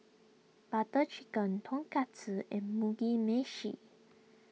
Butter Chicken Tonkatsu and Mugi Meshi